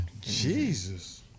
Jesus